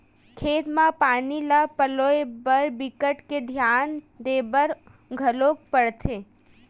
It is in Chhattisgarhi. खेत म पानी ल पलोए बर बिकट के धियान देबर घलोक परथे